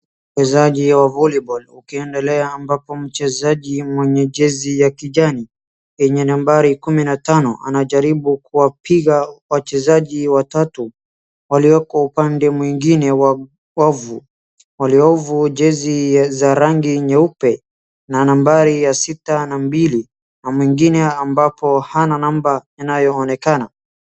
Uchezaji wa voley ball ukiendelea ambapo mchezaji mwenye jezi ya kijani, yenye nambari kumi na tano, anajaribu kuwapiga wachezaji watatu walioko upande mwingine wa wavu. Waliovu jezi za rangi nyeupe, na nambari ya sita na mbili, na mwingine ambapo hana number inayoonekana.